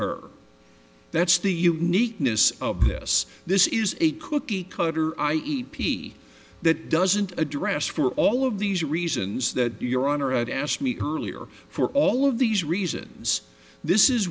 her that's the uniqueness of this this is a cookie cutter i e p that doesn't address for all of these reasons that your honor and asked me earlier for all of these reasons this is